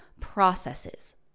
processes